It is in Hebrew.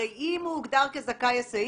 הרי אם הוא הוגדר כזכאי היסעים,